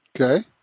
Okay